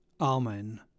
Amen